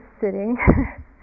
sitting